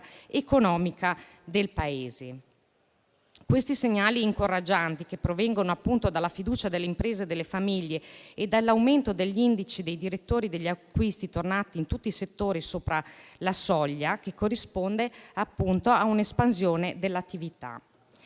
economica del Paese. Questi segnali incoraggianti provengono dalla fiducia delle imprese e delle famiglie e dall'aumento degli indici dei direttori degli acquisti, tornati in tutti i settori sopra la soglia, che corrisponde appunto a un'espansione dell'attività.